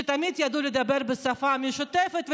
שתמיד ידעו לדבר בשפה משותפת,